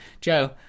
Joe